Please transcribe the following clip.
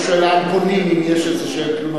הוא רק שואל לאן פונים אם יש איזה תלונות.